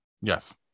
Yes